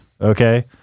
Okay